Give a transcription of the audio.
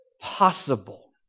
possible